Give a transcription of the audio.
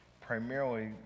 primarily